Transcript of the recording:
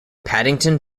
paddington